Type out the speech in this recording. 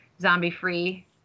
zombie-free